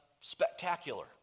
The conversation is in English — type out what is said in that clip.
spectacular